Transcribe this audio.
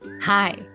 Hi